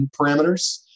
parameters